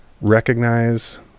recognize